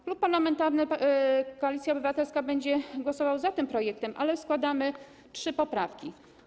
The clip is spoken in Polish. Klub Parlamentarny Koalicja Obywatelska będzie głosował za tym projektem, ale składamy trzy poprawki.